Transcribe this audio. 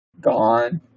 gone